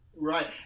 Right